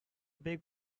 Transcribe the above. big